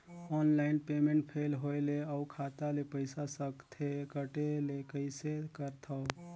Online payment fail होय ले अउ खाता ले पईसा सकथे कटे ले कइसे करथव?